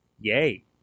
Yay